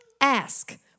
ask